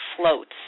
floats